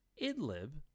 Idlib